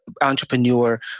entrepreneur